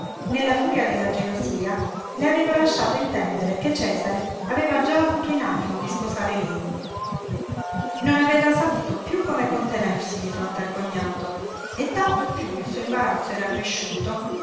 nella furia della gelosia le aveva lasciato intendere che cesare aveva già avuto in animo di sposar lei non aveva saputo piú come contenersi di fronte al cognato e tanto piú il suo imbarazzo era cresciuto